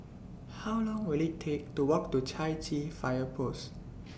How Long Will IT Take to Walk to Chai Chee Fire Post